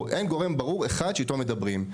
אין גורם ברור אחד שאיתו מדברים.